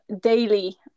daily